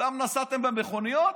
סתם נסעתם במכוניות?